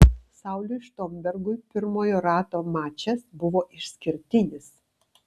sauliui štombergui pirmojo rato mačas buvo išskirtinis